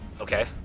Okay